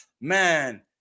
man